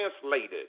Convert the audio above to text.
translated